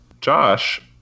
Josh